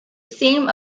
theme